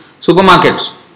supermarkets